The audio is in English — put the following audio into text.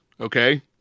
okay